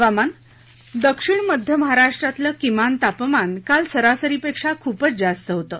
हवामानआयएमडीप्रज्ञा दक्षिण मध्य महाराष्ट्रातलं किमान तापमान काल सरासरीपेक्षा खूपच जास्त होतं